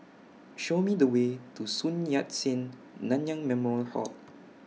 Show Me The Way to Sun Yat Sen Nanyang Memorial Hall